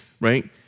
right